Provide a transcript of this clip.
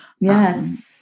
Yes